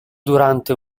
durante